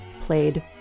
played